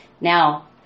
Now